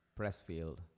Pressfield